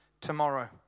tomorrow